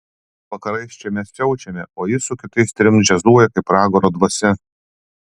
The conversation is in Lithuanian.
vakarais čia mes siaučiame o jis su kitais trim džiazuoja kaip pragaro dvasia